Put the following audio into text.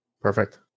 Perfect